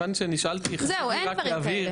זהו, אין דברים כאלה.